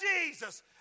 Jesus